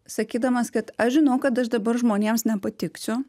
sakydamas kad aš žinau kad aš dabar žmonėms nepatiksiu